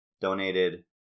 donated